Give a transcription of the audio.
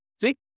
See